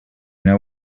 know